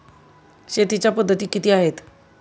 शेतीच्या पद्धती किती आहेत?